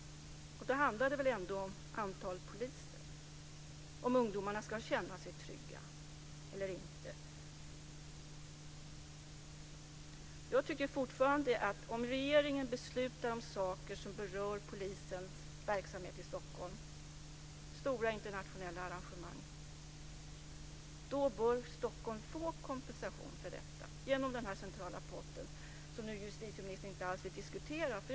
Då handlar det väl ändå om antalet poliser, om ungdomarna ska känna sig trygga. Jag tycker fortfarande att Stockholm bör få kompensation om regeringen beslutar om sådant som berör polisens verksamhet i Stockholm, stora internationella arrangemang. Det bör ske genom en central pott, som justitieministern inte alls vill diskutera nu.